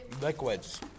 Liquids